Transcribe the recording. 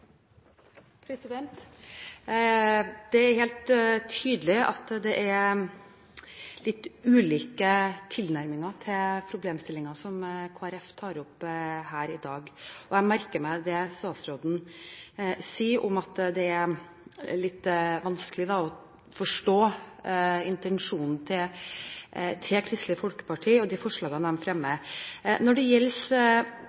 misvisende. Det er helt tydelig at det er litt ulik tilnærming til problemstillingen som Kristelig Folkeparti tar opp her i dag. Jeg merker meg det statsråden sier, at det er litt vanskelig å forstå intensjonen til Kristelig Folkeparti og de forslagene de fremmer.